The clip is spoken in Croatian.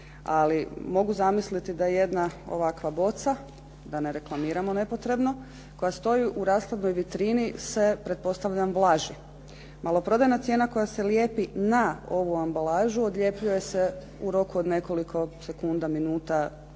ali mogu zamisliti da jedna ovakva boca da ne reklamiramo nepotrebno koja stoji u rashladnoj vitrini se pretpostavljam vlaži. Maloprodajna cijena koja se lijepi na ovu ambalažu odljepljuje se u roku od nekoliko sekunda, minuta,